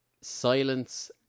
silence